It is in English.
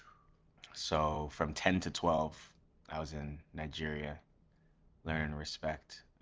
so, from ten to twelve i was in nigeria learning respect.